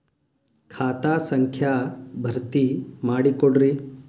ಖಾತಾ ಸಂಖ್ಯಾ ಭರ್ತಿ ಮಾಡಿಕೊಡ್ರಿ